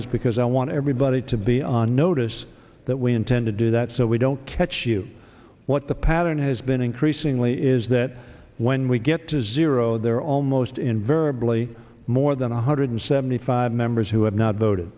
is because i want everybody to be on notice that we intend to do that so we don't catch you what the pattern has been increasingly is that when we get to zero there are almost invariably more than a hundred and seventy five members who have not voted